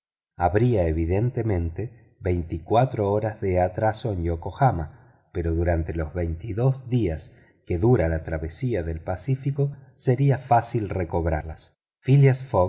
habría evidentemente veinticuatro horas de atraso en yokohama pero durante los veintidós días que dura la travesía del pacífico sería fácil recobrarlas phileas